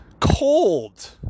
cold